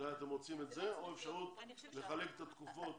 אתם רוצים את זה או לחלק את התקופות?